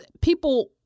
people